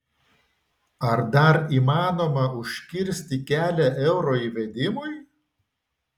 ar dar įmanoma užkirsti kelią euro įvedimui